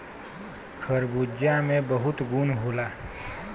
खरबूजा में बहुत गुन होला